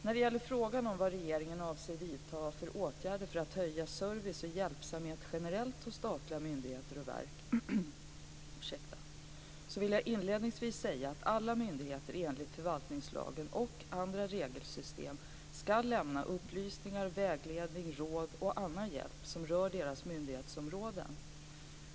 När det gäller frågan om vad regeringen avser att vidta för åtgärder för att höja service och hjälpsamhet generellt sett hos statliga myndigheter och verk vill jag inledningsvis säga att alla myndigheter enligt förvaltningslagen och andra regelsystem ska lämna upplysningar, vägledning, råd och annan hjälp som rör deras myndighetsområden.